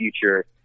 future